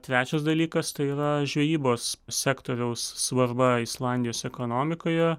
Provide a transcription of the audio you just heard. trečias dalykas tai yra žvejybos sektoriaus svarba islandijos ekonomikoje